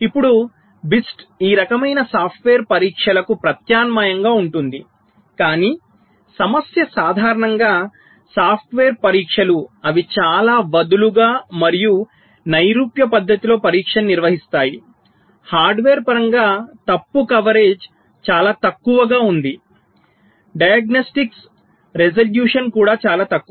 ఇప్పుడు BIST ఈ రకమైన సాఫ్ట్వేర్ పరీక్షలకు ప్రత్యామ్నాయంగా ఉంటుంది కానీ సమస్య సాధారణంగా సాఫ్ట్వేర్ పరీక్షలు అవి చాలా వదులుగా మరియు నైరూప్య పద్ధతిలో పరీక్షను నిర్వహిస్తాయిహార్డ్వేర్ పరంగా తప్పు కవరేజ్ చాలా తక్కువగా ఉంది డయాగ్నొస్టిక్ రిజల్యూషన్ కూడా చాలా తక్కువ